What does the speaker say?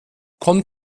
kommt